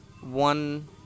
One